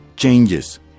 Changes